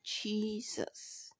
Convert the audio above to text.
Jesus